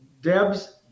Debs